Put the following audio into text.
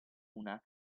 una